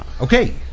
Okay